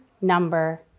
number